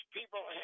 people